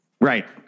Right